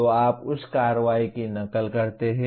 तो आप उस कार्रवाई की नकल करते हैं